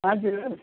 हजुर